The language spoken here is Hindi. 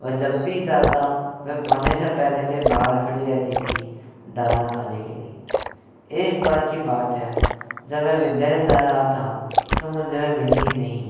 और जब भी जाता वह हमेशा पहले से बाहर खड़ी रहती थी दाना खाने के लिए एक बार की बात है जब मैं विद्यालय जा रहा था तो मुझे वह मिली ही नहीं